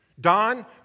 Don